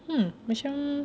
hmm macam